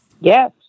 Yes